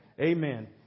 Amen